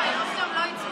תראה, ראש ממשלה לא מעודכן.